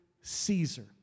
Caesar